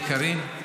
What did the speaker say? מי, קארין?